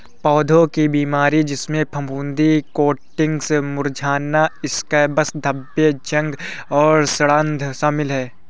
पौधों की बीमारियों जिसमें फफूंदी कोटिंग्स मुरझाना स्कैब्स धब्बे जंग और सड़ांध शामिल हैं